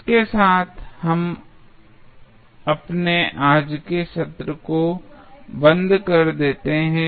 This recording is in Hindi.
इसके साथ हम अपने आज के सत्र को बंद कर देते हैं